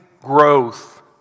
growth